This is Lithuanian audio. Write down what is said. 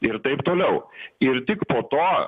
ir taip toliau ir tik po to